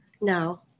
No